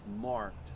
marked